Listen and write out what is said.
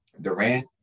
Durant